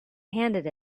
handed